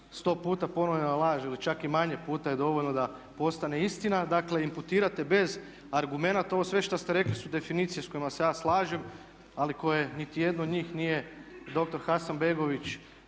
sto puta ponovljena laž ili čak i manje puta je dovoljno da postane istina. Dakle imputirate bez argumenata. Ovo sve što ste rekli su definicije s kojima se ja slažem ali koje niti jednu od njih nije doktor Hasanbegović